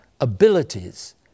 abilities